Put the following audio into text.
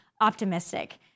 optimistic